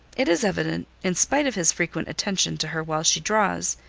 it is evident, in spite of his frequent attention to her while she draws,